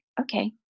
okay